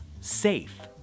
safe